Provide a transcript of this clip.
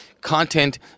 content